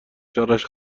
شرش